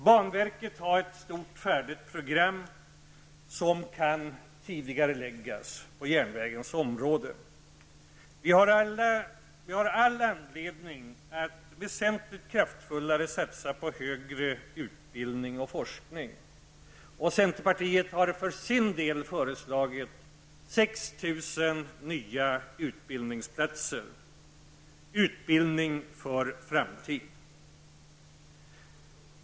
Banverket har ett färdigt stort program som kan tidigareläggas på järnvägens område. Vi har all anledning att mycket kraftfullare satsa på högre utbildning och forskning. Centerpartiet har föreslagit 6 000 nya utbildningsplatser -- utbildning för framtid.